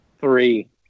three